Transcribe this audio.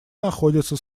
находится